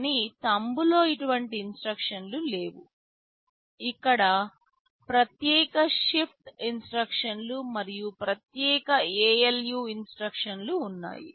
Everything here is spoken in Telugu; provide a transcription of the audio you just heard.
కానీ థంబ్లో ఇటువంటి ఇన్స్ట్రక్షన్లు లేవు ఇక్కడ ప్రత్యేక షిఫ్ట్ ఇన్స్ట్రక్షన్లు మరియు ప్రత్యేక ALU ఇన్స్ట్రక్షన్లు ఉన్నాయి